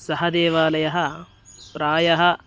सः देवालयः प्रायः